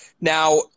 Now